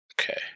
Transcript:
Okay